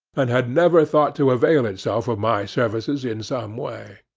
and had never thought to avail itself of my services in some way.